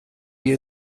wir